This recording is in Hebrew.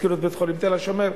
הזכירו את בית-החולים "תל-השומר".